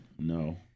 No